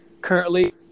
currently